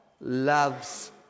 loves